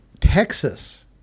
Texas